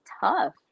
tough